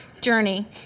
journey